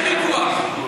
אין ויכוח.